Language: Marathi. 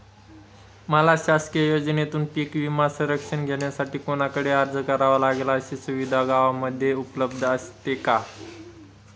मला शासकीय योजनेतून पीक विमा संरक्षण घेण्यासाठी कुणाकडे अर्ज करावा लागेल? अशी सुविधा गावामध्ये उपलब्ध असते का?